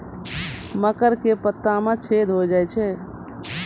मकर के पत्ता मां छेदा हो जाए छै?